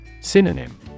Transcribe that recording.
Synonym